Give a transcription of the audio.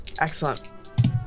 Excellent